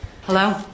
Hello